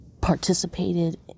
participated